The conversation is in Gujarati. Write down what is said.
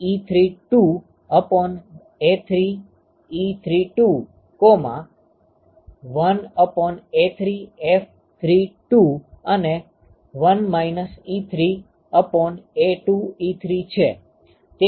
જે 1 32A332 1A3F32 અને 1 2A22 છે